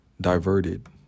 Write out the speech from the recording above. diverted